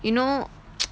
you know